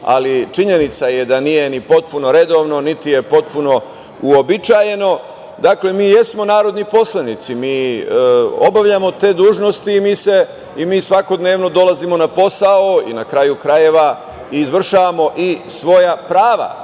ali činjenica je da nije ni potpuno redovno, niti je potpuno uobičajeno. Dakle, mi jesmo narodni poslanici, mi obavljamo te dužnosti i mi svakodnevno dolazimo na posao, na kraju krajeva i izvršavamo i svoja prava